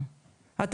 אז אמרתי,